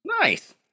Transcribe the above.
Nice